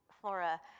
flora